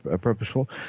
purposeful